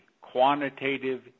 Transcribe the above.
Quantitative